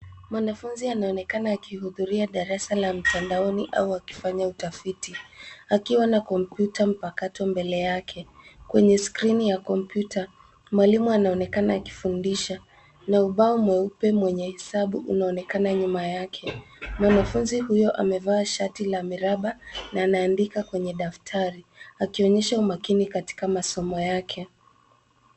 Mwanafunzi anaonekana akihudhuria darasa la mtandaoni au akifanya utafiti akiwa na kompyuta mpakato mbele yake. Kwenye skrini ya kompyuta mwalimu anaonekana akifundisha na ubao mweupe mwenye hesabu unaonekana nyuma yake. Mwanafunzi huyo amevaa shati la miraba na anaandika kwenye daftari akionyesha umakini katika masomo yake.